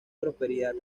prosperidad